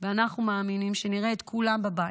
ואנחנו מאמינים שנראה את כולם בבית.